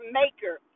maker